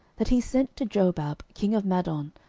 that he sent to jobab king of madon,